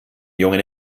jungen